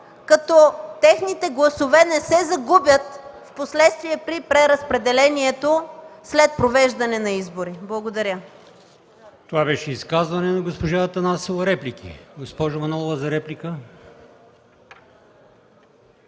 като техните гласове не се загубят впоследствие при преразпределението след провеждане на избори. Благодаря.